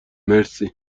مرسی